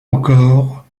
encore